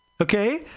Okay